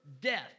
death